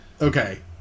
Okay